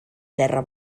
terra